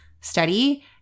study